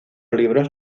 libros